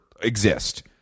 exist